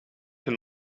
hun